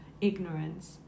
ignorance